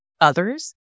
others